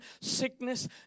sickness